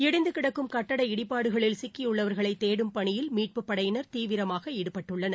இடிந்து கிடக்கும் கட்டட இடிபாடுகளில் சிக்கியுள்ளவர்களை தேடும் பணியில் மீட்புப்படையினர் தீவிரமான ஈடுபட்டுள்ளார்கள்